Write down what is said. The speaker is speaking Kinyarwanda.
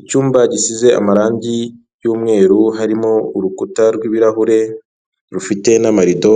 Icyumba gisize amarangi y'umweru, harimo urukuta rw'ibirahure rufite n'amarido,